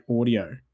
audio